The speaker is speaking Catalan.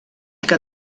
que